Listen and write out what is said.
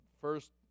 first